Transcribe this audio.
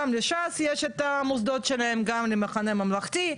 גם לש"ס יש את המוסדות שלהם גם למחנה ממלכתי,